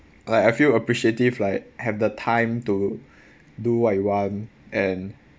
like I feel appreciative like have the time to do what you want and